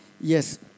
Yes